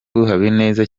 habineza